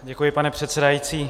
Děkuji, pane předsedající.